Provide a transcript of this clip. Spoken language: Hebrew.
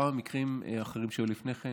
בכמה מקרים אחרים שהיו לפני כן